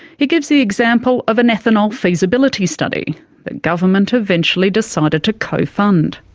he gives the example of an ethanol feasibility study that government eventually decided to co-fund.